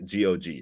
GOG